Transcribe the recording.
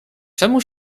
czemu